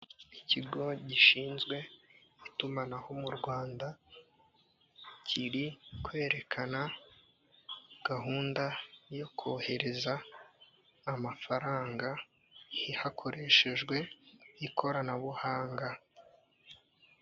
Ikigo gishinzwe itumanaho mu Rwanda kiri kwerekana gahunda yo kohereza amafaranga hakoreshejwe ikoranabuhanga.